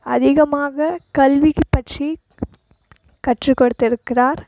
அதிகமாக கல்வி பற்றி கற்று கொடுத்திருக்கிறார்